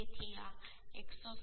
તેથી આ 137